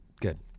Good